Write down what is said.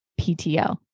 PTO